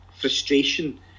frustration